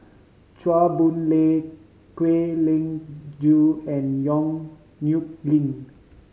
Chua Boon Lay Kwek Leng Joo and Yong Nyuk Lin